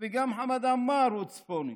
וגם חמד עמאר הוא צפוני.